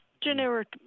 generic